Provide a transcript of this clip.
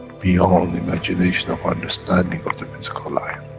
beyond imagination of understanding of the physical life.